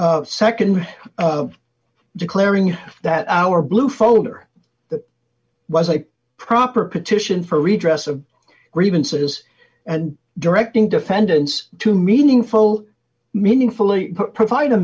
nd declaring that our blue folder that was a proper petition for redress of grievances and directing defendants to meaningful meaningfully provide a